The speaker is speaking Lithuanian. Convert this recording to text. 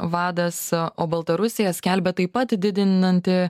vadas o baltarusija skelbia taip pat didinanti